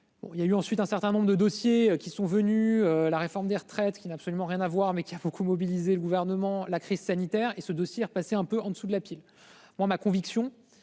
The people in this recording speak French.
Il y a eu ensuite un certain nombre de dossiers qui sont venus. La réforme des retraites qui n'a absolument rien à voir, mais qui a beaucoup mobilisé le gouvernement la crise sanitaire et ce dossier repasser un peu en dessous de la pile.